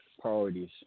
priorities